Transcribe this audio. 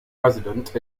president